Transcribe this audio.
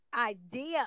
idea